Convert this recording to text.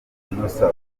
nossa